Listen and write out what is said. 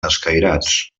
escairats